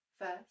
first